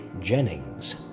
Jennings